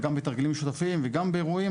גם בתרגילים משותפים וגם באירועים,